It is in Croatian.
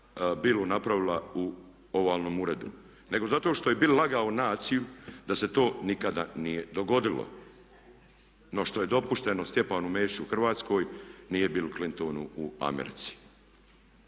Billu napravila u ovalnom uredu nego zato što je Bill lagao naciju da se to nikada nije dogodilo. No što je dopušteno Stjepanu Mesiću u Hrvatskoj nije Bill Clintonu u Americi.